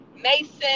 Mason